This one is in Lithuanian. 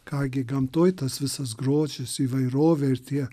ką gi gamtoj tas visas grožis įvairovė ir tie